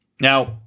now